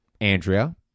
Andrea